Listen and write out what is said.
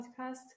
podcast